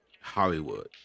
Hollywood